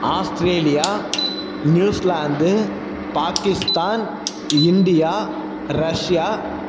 Australia New Zealand Pakistan India Russia